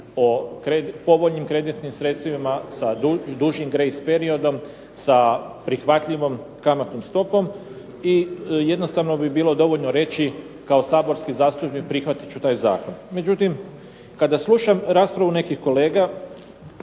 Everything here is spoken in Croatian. o povoljnim kreditnim sredstvima sa dužim grace periodom, sa prihvatljivom kamatnom stopom i jednostavno bi bilo dovoljno reći kao saborski zastupnik prihvatit ću taj zakon. Međutim, kada slušam raspravu nekih kolega,